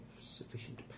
sufficient